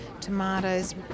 tomatoes